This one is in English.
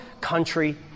country